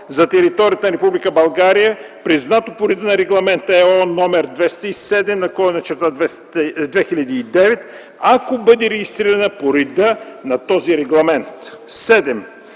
за територията на Република България, признато по реда на Регламент (ЕО) № 207/2009, ако бъде регистрирана по реда на този регламент;